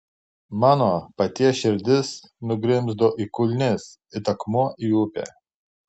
mano paties širdis nugrimzdo į kulnis it akmuo į upę